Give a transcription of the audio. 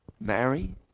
Mary